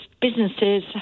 businesses